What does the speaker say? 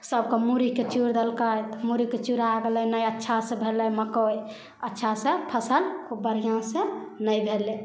सबके मूड़ीके चुड़ि देलकै तऽ मूड़ीके चुड़ा गेलै नहि अच्छासँ भेलै मकइ अच्छासँ फसिल खूब बढ़िआँसँ नहि भेलै